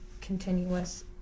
continuous